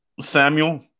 Samuel